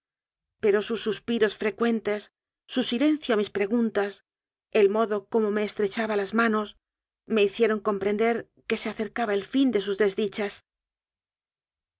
pero sus suspiros frecuentes su silencio a mis pregun tas el modo cómo me estrechaba las manos me hicieron comprender que se acercaba el fin de sus desdichas